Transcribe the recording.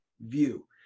view